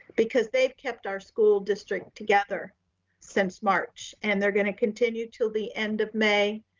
because they've kept our school district together since march, and they're gonna continue till the end of may.